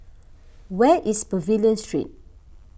where is Pavilion Street